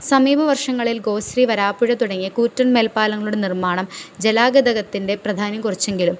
സമീപവർഷങ്ങളിൽ ഗോശ്രീ വരാപ്പുഴ തുടങ്ങിയ കൂറ്റൻ മേൽപ്പാലങ്ങളുടെ നിർമാണം ജലഗതാഗതത്തിൻ്റെ പ്രാധാന്യം കുറച്ചെങ്കിലും